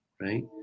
right